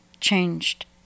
changed